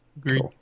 great